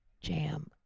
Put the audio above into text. Jam